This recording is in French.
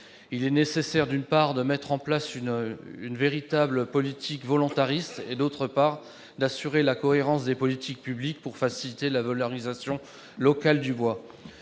Il est nécessaire, d'une part, de mettre en place une véritable politique volontariste et, d'autre part, d'assurer la cohérence des politiques publiques pour faciliter la valorisation locale du bois.